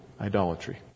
idolatry